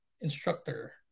instructor